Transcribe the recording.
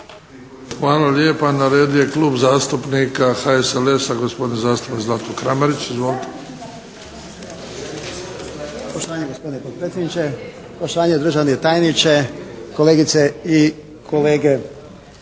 Hvala lijepa. Na redu je Klub zastupnika HSLS-a, gospodin zastupnik Zlatko Kramarić. Izvolite! **Kramarić, Zlatko (HSLS)** Poštovani gospodine potpredsjedniče, poštovani državni tajniče, kolegice i kolege.